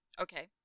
Okay